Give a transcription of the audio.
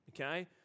okay